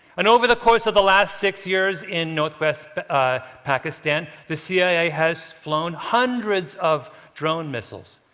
and over the course of the last six years in northwest pakistan, the cia has flown hundreds of drone missiles,